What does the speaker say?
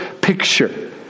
picture